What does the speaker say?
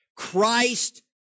Christ